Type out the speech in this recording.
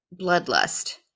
bloodlust